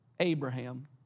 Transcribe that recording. Abraham